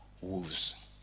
wolves